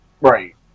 Right